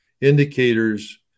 indicators